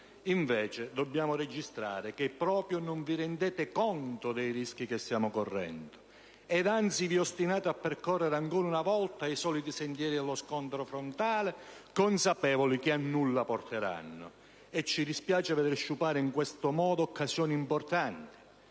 Invece, dobbiamo registrare che proprio non vi rendete conto dei rischi che stiamo correndo, e anzi vi ostinate a percorrere, ancora una volta, i soliti sentieri dello scontro frontale, consapevoli che a nulla porteranno. E ci dispiace veder sciupare in questo modo occasioni importanti: